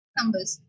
numbers